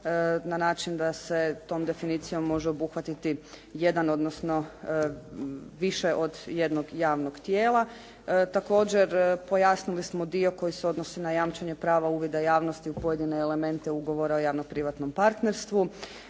na način da se tom definicijom može obuhvatiti jedan odnosno više od jednog javnog tijela. Također pojasnili smo dio koji se odnosi na jamčenje prava uvida javnosti u pojedine elemente ugovora o javno-privatnom partnerstvu.